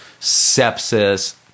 sepsis